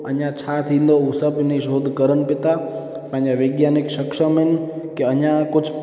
अञा छा थींदो हू सभु शोध करनि बि था पंहिंजा वैज्ञानिक सक्षम आहिनि कि अञा कुझु